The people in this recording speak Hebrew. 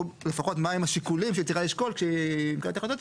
לפחות מה הם השיקולים שהיא צריכה לשקול כשהיא מקבלת החלטות,